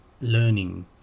learning